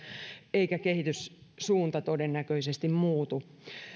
eikä kehityssuunta todennäköisesti muutu